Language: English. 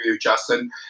Justin